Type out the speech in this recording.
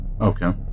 Okay